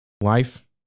life